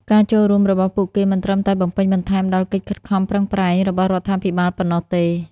ការចូលរួមរបស់ពួកគេមិនត្រឹមតែបំពេញបន្ថែមដល់កិច្ចខិតខំប្រឹងប្រែងរបស់រដ្ឋាភិបាលប៉ុណ្ណោះទេ។